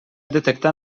detectar